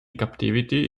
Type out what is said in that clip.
captivity